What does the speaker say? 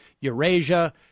Eurasia